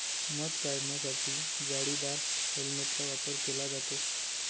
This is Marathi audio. मध काढण्यासाठी जाळीदार हेल्मेटचा वापर केला जातो